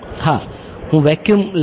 હા હું વેક્યુમ લઈ રહ્યો છું